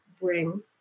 bring